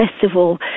festival